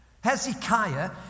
Hezekiah